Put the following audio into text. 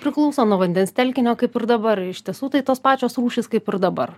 priklauso nuo vandens telkinio kaip ir dabar iš tiesų tai tos pačios rūšys kaip ir dabar